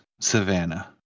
Savannah